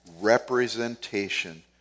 representation